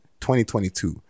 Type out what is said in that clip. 2022